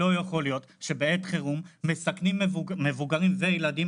לא יכול להיות שבעת חירום מסכנים מבוגרים וילדים